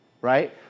right